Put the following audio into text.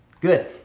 Good